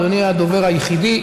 10955,